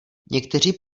někteří